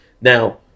Now